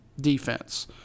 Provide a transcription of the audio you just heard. defense